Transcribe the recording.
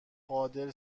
قادر